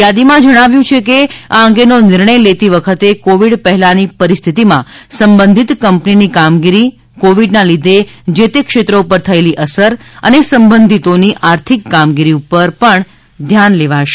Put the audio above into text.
યાદીમાં જણાવ્યું છે કે આ અંગેનો નિર્ણય લેતી વખતે કોવિડ પહેલાંની પરિસ્થિતિમાં સંબંધિત કંપનીની કામગીરી કોવિડના લીધે જે તે ક્ષેત્ર ઉપર થયેલી અસર અને સંબંધિતોની આર્થિક કામગીરી પણ ધ્યાનમાં લેવાશે